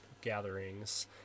gatherings